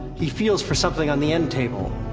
he feels for something on the end table.